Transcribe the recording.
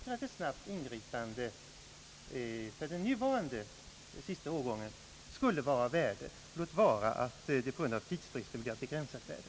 Ett snabbt ingripande för den nuvarande sista årgången studenter skulle vara lämpligt, låt vara att det på grund av tidsbristen blir av begränsat värde.